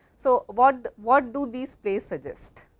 so what what do these plays suggest?